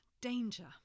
danger